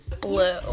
blue